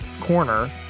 corner